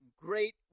Great